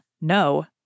No